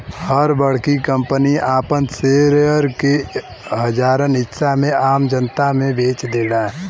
हर बड़की कंपनी आपन शेयर के हजारन हिस्सा में आम जनता मे बेच देला